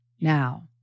now